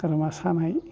गारामा सानाय